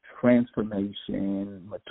transformation